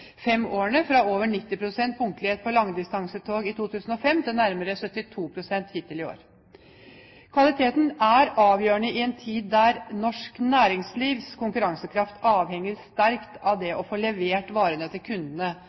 fem årene, fra over 90 pst. punktlighet på langdistansetog i 2005 til nærmere 72 pst. hittil i år. Kvalitet er avgjørende i en tid der norsk næringslivs konkurransekraft sterkt avhenger av å få levert varene til kundene